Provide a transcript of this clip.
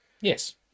Yes